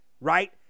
Right